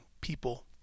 people